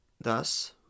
Thus